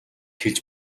хэлж